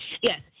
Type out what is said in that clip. yes